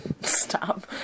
Stop